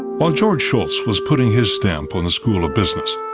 while george shultz was putting his stamp on the school of business,